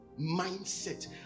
Mindset